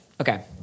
Okay